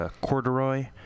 corduroy